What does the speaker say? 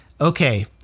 Okay